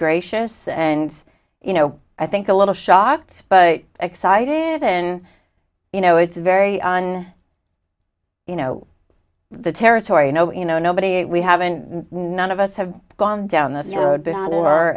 gracious and you know i think a little shocked but excited in you know it's very on you know the territory you know in no nobody we have and none of us have gone down this road